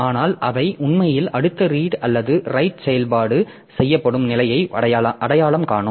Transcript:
ஆனால் அவை உண்மையில் அடுத்த ரீடு அல்லது ரைட் செயல்பாடு செய்யப்படும் நிலையை அடையாளம் காணும்